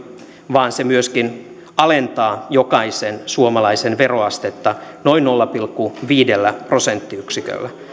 vaan se myöskin alentaa jokaisen suomalaisen veroastetta noin nolla pilkku viidellä prosenttiyksiköllä